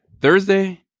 Thursday